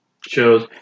shows